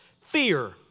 Fear